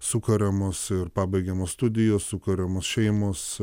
sukuriamos ir pabaigiamos studijos sukuriamos šeimos